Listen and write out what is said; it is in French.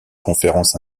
conférence